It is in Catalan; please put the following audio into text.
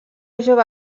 jove